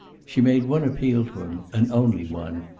she made one appeal to him, and only one,